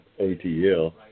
ATL